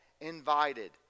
invited